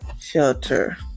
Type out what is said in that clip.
shelter